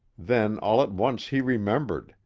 then all at once he remembered,